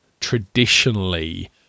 Traditionally